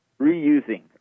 reusing